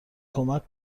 کمک